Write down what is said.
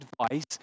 advice